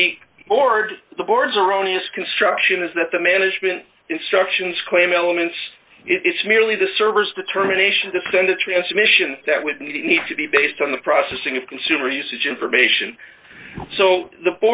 the board the board's erroneous construction is that the management instructions claim elements is merely the server's determination to send a transmission that would need to be based on the processing of consumer usage information so the